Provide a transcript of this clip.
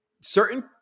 certain